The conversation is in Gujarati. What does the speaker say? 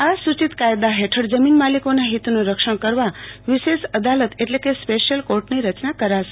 આ સૂચિત કાયદા હેઠળ જમીન માલિકોના હિતનું રક્ષણ કરવા વીશેષ અદાલત સ્પેશ્યલ કોર્ટની રચના કરાશે